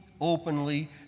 openly